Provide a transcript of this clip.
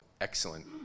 excellent